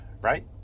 right